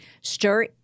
stir